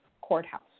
courthouse